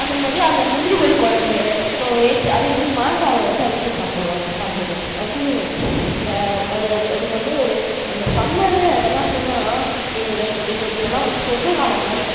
அந்த மாதிரி அந்த முந்திரி பயறு குழம்பு ஸோ அதே மாதிரி மாங்காயை வந்து அவிச்சு சாப்பிடுவாங்க சாப்பிடுவோம் அதுவும் அதுக்கு வந்து ஒரு அந்த சம்மரு அதெலாம் சொன்னால் எங்களு எங்களுக்கு இதெல்லாம் வந்து சொர்க்க காலம் மாதிரி